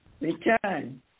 Return